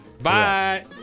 Bye